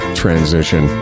transition